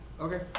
Okay